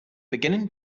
beginning